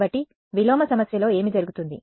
కాబట్టి విలోమ సమస్యలో ఏమి జరుగుతుంది